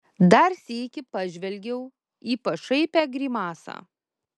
dar sykį pažvelgiau į pašaipią grimasą